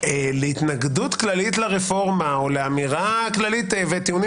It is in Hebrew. להתנגדות כללית לרפורמה או לאמירה כללית וטיעונים